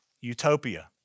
utopia